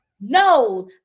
knows